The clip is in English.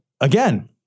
again